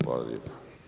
Hvala lijepa.